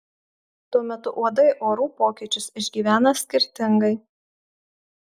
tuo metu uodai orų pokyčius išgyvena skirtingai